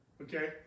Okay